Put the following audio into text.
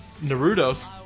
Naruto's